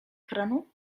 kranu